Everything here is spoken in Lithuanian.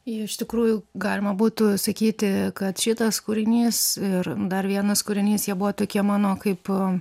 ji iš tikrųjų galima būtų sakyti kad šitas kūrinys ir dar vienas kūrinys jie buvo tokie mano kaip